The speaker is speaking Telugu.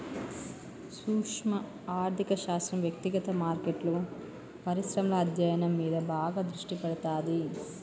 సూక్శ్మ ఆర్థిక శాస్త్రం వ్యక్తిగత మార్కెట్లు, పరిశ్రమల అధ్యయనం మీద బాగా దృష్టి పెడతాది